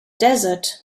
desert